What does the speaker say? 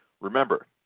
Remember